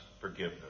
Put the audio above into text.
forgiveness